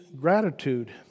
gratitude